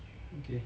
okay